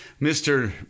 Mr